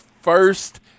first